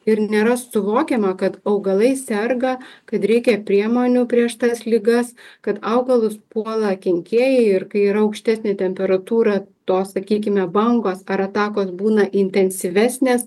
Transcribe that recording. ir nėra suvokiama kad augalai serga kad reikia priemonių prieš tas ligas kad augalus puola kenkėjai ir kai yra aukštesnė temperatūra tos sakykime bangos ar atakos būna intensyvesnės